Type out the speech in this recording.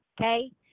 okay